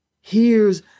Hears